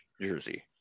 jersey